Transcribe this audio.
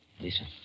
Listen